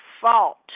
fault